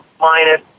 minus